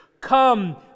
Come